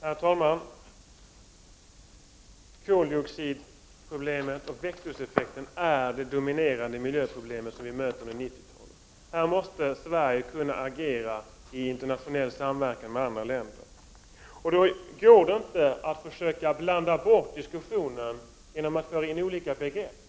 Herr talman! Koldioxiden och växthuseffekten utgör de dominerande miljöproblem som vi kommer att möta under 1990-talet. Sverige måste här kunna agera i internationell samverkan med andra länder. Det går då inte att försöka blanda bort korten i diskussionen genom att föra in olika begrepp.